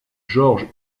georges